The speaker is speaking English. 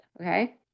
Okay